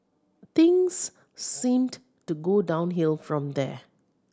things seemed to go downhill from there